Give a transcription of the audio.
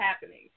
happening